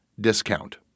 discount